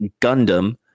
Gundam